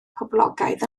poblogaidd